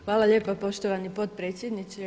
Hvala lijepa poštovani potpredsjedniče.